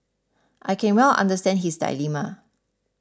I can well understand his dilemma